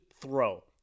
throw